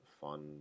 fun